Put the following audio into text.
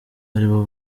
aribo